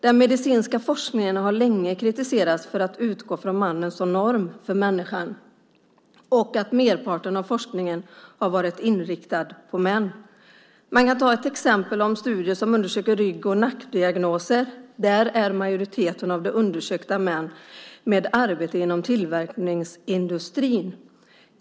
Den medicinska forskningen har länge kritiserats för att utgå från mannen som norm för människan och för att merparten av forskningen har varit inriktad på män. Man kan ta studier som undersöker rygg och nackdiagnoser som ett exempel. Där är majoriteten av de undersökta män med arbete inom tillverkningsindustrin.